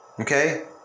okay